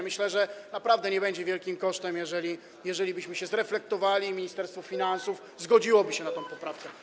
Myślę, że naprawdę nie będzie to wielki koszt, jeżelibyśmy się zreflektowali i Ministerstwo Finansów zgodziłoby się na tę poprawkę.